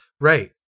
Right